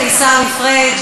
והשאלה היא למה.